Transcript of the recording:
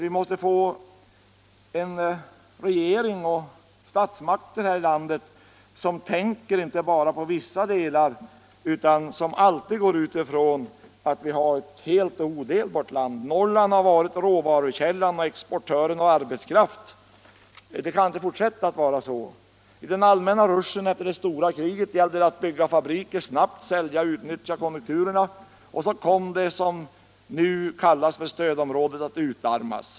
Vi måste få en regering och statsmakter i det här landet som inte bara tänker på vissa delar av detta utan utgår från att det är helt och odelbart. Norrland har varit råvarukällan och exportören av arbetskraft. Det kan inte fortsätta att vara så. I den allmänna rushen efter det stora kriget gällde det att bygga fabriker, sälja och utnyttja konjunkturerna, och så kom det som nu är stödområde att utarmas.